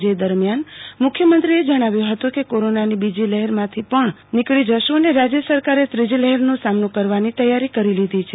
જે દરમ્યાન મુખ્યમંત્રો એ જણાવ્યું હતું કે કોરોનાની બીજી લહરમાંથી પણ નીકળી જશ્ ં અને રાજય સરકારે ત્રીજી લહેરનો સામનો કરવાની તૈયારી કરી લીધી છે